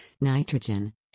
nitrogen